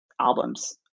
albums